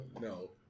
no